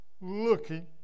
looking